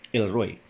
Elroy